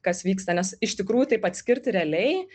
kas vyksta nes iš tikrųjų taip atskirti realiai